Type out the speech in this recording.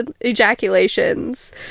ejaculations